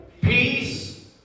peace